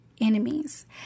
enemies